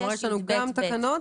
יש לנו גם תקנות